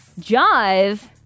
Jive